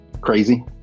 Crazy